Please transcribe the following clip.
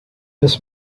this